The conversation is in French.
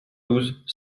douze